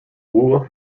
waugh